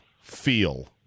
feel